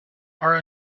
are